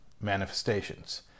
manifestations